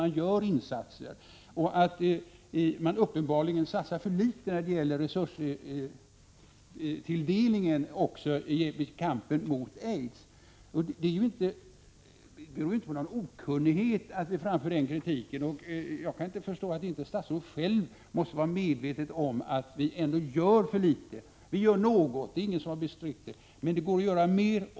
Man satsar uppenbarligen för små resurser på kampen mot aids. Det är inte på grund av okunnighet jag framför denna kritik. Jag kan inte förstå annat än att statsrådet själv måste vara medveten om att vi ännu gör för litet. Vi gör något — ingen har bestritt det — men det går att göra mer.